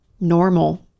normal